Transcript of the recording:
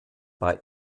bei